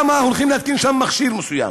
כי הולכים להתקין שם מכשיר מסוים.